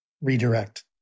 redirect